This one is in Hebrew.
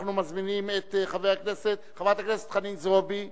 אנחנו מזמינים את חברת הכנסת חנין זועבי,